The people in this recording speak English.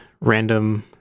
random